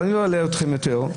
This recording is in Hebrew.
אני לא אלאה אתכם יותר.